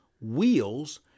wheels